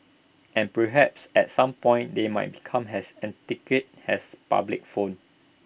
and perhaps at some point they might become as antiquated as public phone